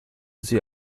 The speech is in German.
sie